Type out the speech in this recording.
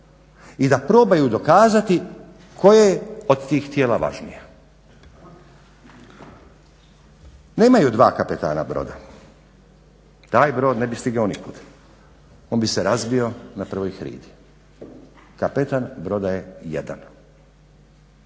i da probaju dokazati koje je od tih tijela važnije. Nemaju dva kapetana broda, taj brod ne bi stigao nikud, on bi se razbio na prvoj hridi. Kapetan broda je jedan.